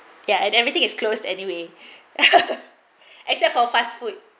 ya and everything is closed anyway except for fast food